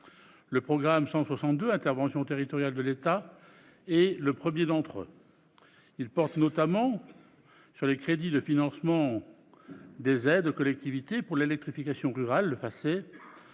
Le programme 162, « Interventions territoriales de l'État » est le premier d'entre eux. Il comporte notamment les crédits du Financement des aides aux collectivités pour l'électrification rurale, le FACÉ.